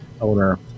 owner